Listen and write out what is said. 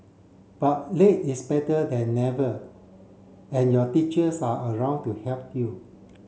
but late is better than never and your teachers are around to help you